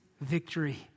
victory